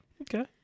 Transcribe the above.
Okay